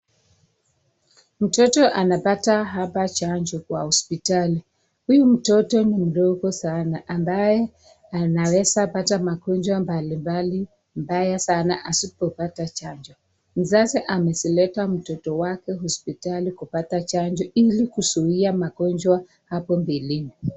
Mtoto anapata hapa chanjo kwa hospitali. Huyu mtoto ni mdogo saana ambaye anaweza pata magonjwa mbalimbali mbaya sana asipopata chanjo. Mzazi amezileta mtoto wake hospitali kupata chanjo ili kuzuia magonjwa yake hapo mbeleni.